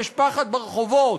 יש פחד ברחובות.